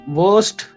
worst